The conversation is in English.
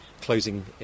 closing